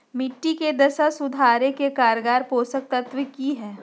मिट्टी के दशा सुधारे के कारगर पोषक तत्व की है?